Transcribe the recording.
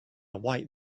white